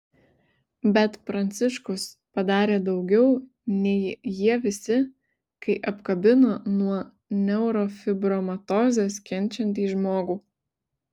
bet pranciškus padarė daugiau nei jie visi kai apkabino nuo neurofibromatozės kenčiantį žmogų